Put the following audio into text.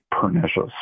pernicious